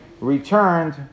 returned